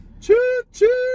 Choo-choo